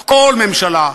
כל ממשלה,